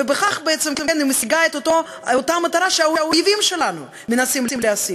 ובכך בעצם היא משיגה את אותה מטרה שהאויבים שלנו מנסים להשיג.